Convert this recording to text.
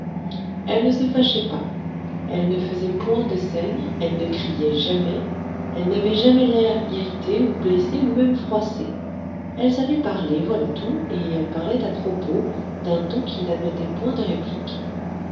elle ne se fâchait pas elle ne faisait point de scènes elle ne criait jamais elle n'avait jamais l'air irrité ou blessé ou même froissé elle savait parler voilà tout et elle parlait à propos d'un ton qui n'admettait point de réplique